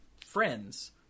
friends